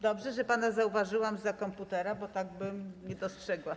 Dobrze, że pana zauważyłam zza komputera, bo tak bym nie dostrzegła.